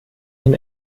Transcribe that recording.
hin